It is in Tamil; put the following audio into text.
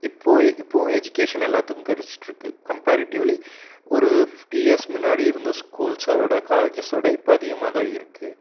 இப்போ இப்போவும் எஜிகேஷன் எல்லாத்துக்கும் கிடச்சிட்ருக்கு கம்ப்பாரேடிவ்லி ஒரு ஃபிஃப்டி இயர்ஸ் முன்னாடி இருந்த ஸ்கூல்ஸை விட காலேஜஸோடு இப்போ அதிகமாகதான் இருக்குது